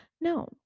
no